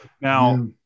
now